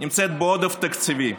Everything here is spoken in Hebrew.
בעודף תקציבי.